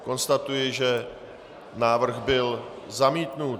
Konstatuji, že návrh byl zamítnut.